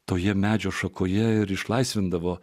toje medžio šakoje ir išlaisvindavo